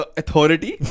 authority